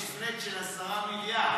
יש flat של 10 מיליארד,